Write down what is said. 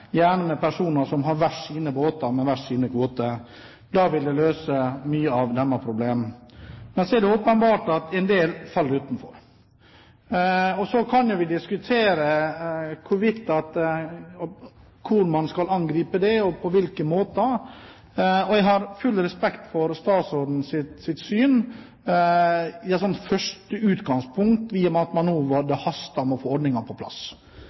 personer som har hver sine båter med hver sine kvoter – vil det løse mange av deres problemer. Men det er åpenbart at en del faller utenfor. Og så kan vi diskutere hvordan man skal angripe det – på hvilken måte. Jeg har full respekt for statsrådens syn som et første utgangspunkt, i og med at det har hastet med å få ordningen på plass.